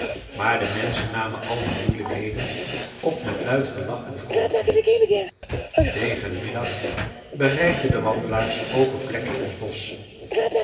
maar de menschen namen al die moeielijkheden op met luid gelach en vroolijkheid tegen den middag bereikten de wandelaars open plekken in t bosch